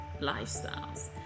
lifestyles